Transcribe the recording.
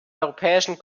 europäischen